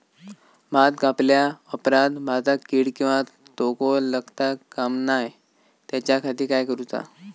भात कापल्या ऑप्रात भाताक कीड किंवा तोको लगता काम नाय त्याच्या खाती काय करुचा?